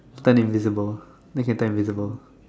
turn invisible then can turn invisible